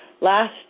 last